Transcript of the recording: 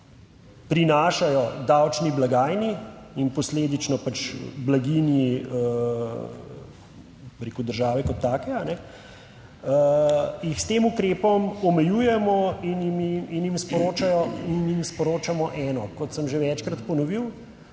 prinašajo davčni blagajni in posledično pač blaginji, bi rekel, države kot take, jih s tem ukrepom omejujemo in jim sporočamo eno, kot sem že večkrat ponovil: